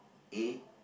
A